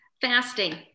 fasting